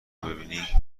ببینی